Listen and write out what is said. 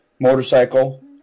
motorcycle